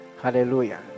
Hallelujah